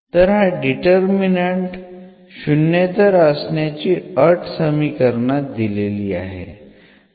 तर हा डिटर्मिनन्ट शून्यत्तर असण्याची अट समीकरणात दिलेली आहे